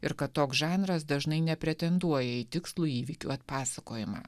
ir kad toks žanras dažnai nepretenduoja į tikslų įvykių atpasakojimą